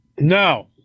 No